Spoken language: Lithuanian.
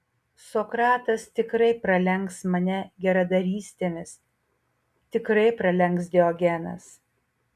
sokratas tikrai pralenks mane geradarystėmis tikrai pralenks diogenas